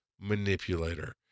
manipulator